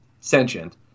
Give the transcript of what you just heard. sentient